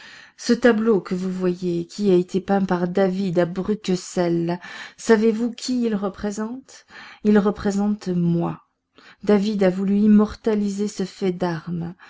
ce tableau que vous voyez et qui a été peint par david à bruqueselles savez-vous qui il représente il représente moi david a voulu immortaliser ce fait d'armes